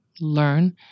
learn